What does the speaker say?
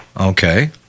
Okay